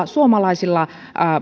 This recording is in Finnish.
suomalaisilla